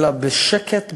אלא בשקט,